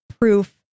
proof